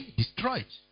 destroyed